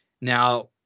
Now